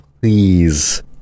Please